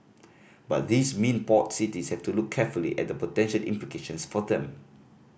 but these mean port cities have to look carefully at the potential implications for them